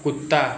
कुत्ता